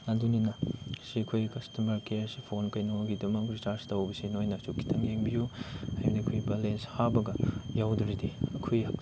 ꯑꯗꯨꯅꯤꯅ ꯁꯤ ꯑꯩꯈꯣꯏ ꯀꯁꯇꯃꯦꯔ ꯀꯦꯌꯔꯁꯤ ꯐꯣꯟ ꯀꯩꯅꯣꯒꯤꯗꯨꯃ ꯔꯤꯆꯥꯔꯖ ꯇꯧꯕꯁꯦ ꯅꯣꯏꯅꯁꯨ ꯈꯤꯇꯪ ꯌꯦꯡꯕꯤꯌꯨ ꯍꯥꯏꯕꯗꯤ ꯑꯩꯈꯣꯏ ꯕꯦꯂꯦꯟꯁ ꯍꯥꯞꯂꯒ ꯌꯥꯎꯗ꯭ꯔꯗꯤ ꯑꯩꯈꯣꯏ